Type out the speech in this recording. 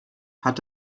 hat